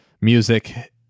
music